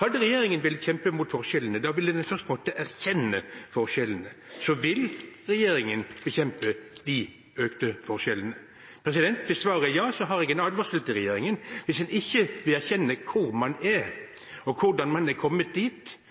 Hadde regjeringen villet kjempe mot forskjellene, måtte den først ha erkjent forskjellene. Vil regjeringen bekjempe de økte forskjellene? Hvis svaret er ja, har jeg en advarsel til regjeringen: Hvis en ikke vil erkjenne hvor man er og hvordan man er kommet dit,